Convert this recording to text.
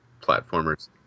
platformers